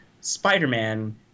spider-man